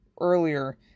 earlier